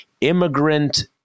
immigrant